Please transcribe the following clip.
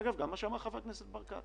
אגב, גם מה שאמר חבר הכנסת ברקת